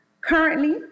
Currently